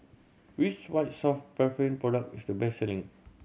which White Soft Paraffin product is the best selling